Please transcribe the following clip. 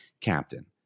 captain